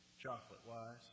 chocolate-wise